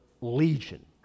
legion